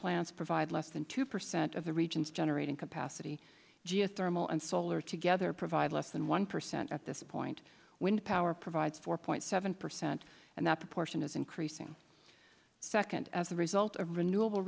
plants provide less than two percent of the region's generating capacity geothermal and solar together provide less than one percent at this point wind power provides four point seven percent and that proportion is increasing second as a result of renewa